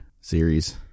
series